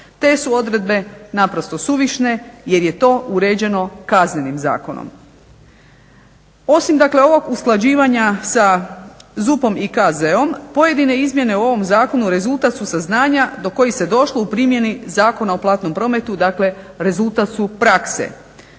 Te su odredbe naprosto suvišne jer je to uređeno Kaznenim zakonom. Osim dakle ovog usklađivanja sa ZUP-om i KZ-om pojedine izmjene u ovom zakonu rezultat su saznanja do kojih se došlo u primjeni Zakona o platnom prometu. Dakle, rezultat su prakse,